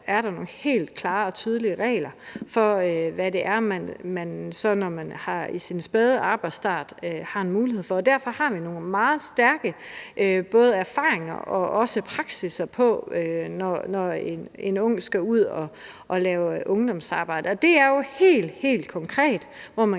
er der nogle helt klare og tydelige regler for, hvad det er, man i sin spæde arbejdsstart har mulighed for. Derfor har vi både nogle meget stærke erfaringer med og praksisser om det, når en ung skal ud at lave ungdomsarbejde. Og det er jo helt, helt konkret, hvor man